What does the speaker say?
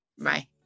Bye